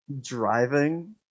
driving